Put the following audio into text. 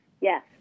yes